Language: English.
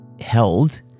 held